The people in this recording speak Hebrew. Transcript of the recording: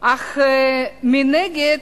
אך מנגד,